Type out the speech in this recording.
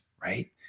Right